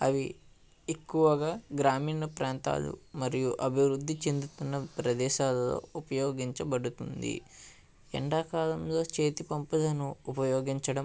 అవి ఎక్కువగా గ్రామీణ ప్రాంతాలు మరియు అభివృద్ధి చెందుతున్న ప్రదేశాలలో ఉపయోగించబడుతుంది ఎండాకాలంలో చేతి పంపును ఉపయోగించడం